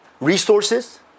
resources